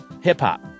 hip-hop